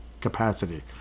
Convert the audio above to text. capacity